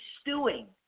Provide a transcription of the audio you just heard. stewing